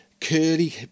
curly